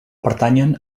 pertanyen